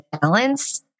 balance